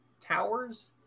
towers